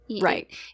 Right